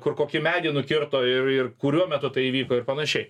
kur kokį medį nukirto ir ir kuriuo metu tai įvyko ir panašiai